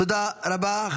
תודה רבה.